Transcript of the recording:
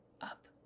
up